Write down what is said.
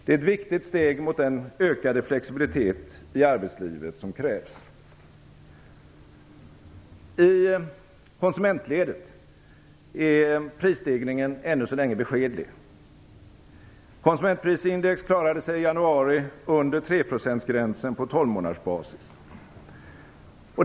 Det är ett viktigt steg mot den ökade flexibilitet i arbetslivet som krävs. I konsumentledet är prisstegringen ännu så länge beskedlig. Konsumentprisindex klarade sig i januari under treprocentsgränsen på tolmånadersbasis.